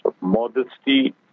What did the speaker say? modesty